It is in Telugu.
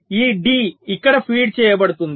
ఈ D ఇక్కడ ఫీడ్ చేయబడుతుంది